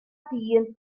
dyn